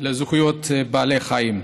למען זכויות בעלי החיים.